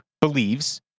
believes